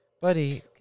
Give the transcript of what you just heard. buddy